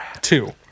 two